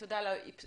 תודה על האופטימיות.